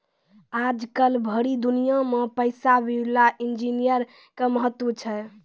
आजकल भरी दुनिया मे पैसा विला इन्जीनियर के महत्व छै